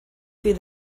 feed